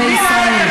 הערבים בישראל.